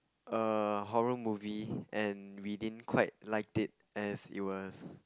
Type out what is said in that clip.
a horror movie and we didn't quite liked as it was